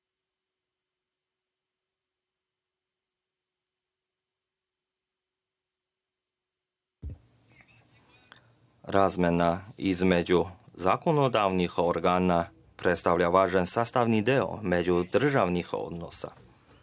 Razmena između zakonodavnih organa predstavlja važan sastavni deo međudržavnih odnosa.